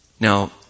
Now